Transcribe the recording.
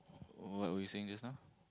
what were you saying just now